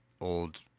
old